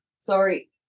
Sorry